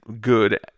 good